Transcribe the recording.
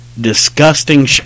disgusting